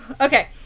Okay